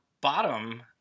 bottom